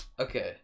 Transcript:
Okay